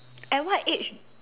at what age